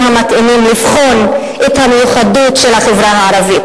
המתאימים לבחון את המיוחדות של החברה הערבית.